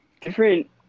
different